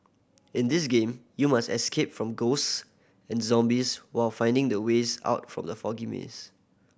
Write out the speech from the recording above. in this game you must escape from ghosts and zombies while finding the ways out from the foggy maze